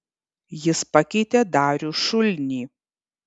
jis pakeitė darių šulnį